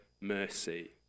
mercy